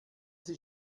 sie